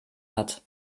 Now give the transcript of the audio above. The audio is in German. hat